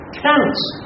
counts